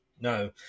No